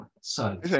So-